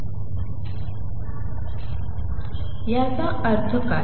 याचा अर्थ काय